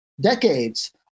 decades